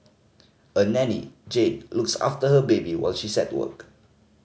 a nanny Jane looks after her baby while she's at work